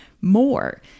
more